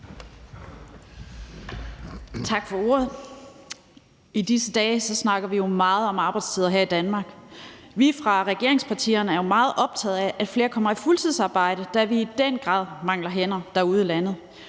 Tak for ordet. I disse dage snakker vi meget om arbejdstider her i Danmark. Vi fra regeringspartierne er jo meget optaget af, at flere kommer i fuldtidsarbejde, da vi i den grad mangler hænder ude i landet.